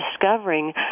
discovering